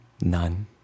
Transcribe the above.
None